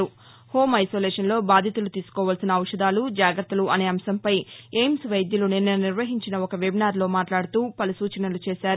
home ఐసోలేషన్లో బాధితులు తీసుకోవాల్సిన ఔషధాలు జాగత్తలు అనే అంశంపై ఎయిమ్స్ వైద్యులు నిన్న నిర్వహించిన ఒక వెబినార్లో మాట్లాడుతూ పలు సూచనలు చేశారు